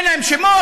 אין להם שמות?